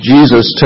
Jesus